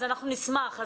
אנחנו נשמח.